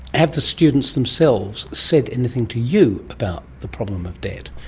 have the students themselves said anything to you about the problem of debt,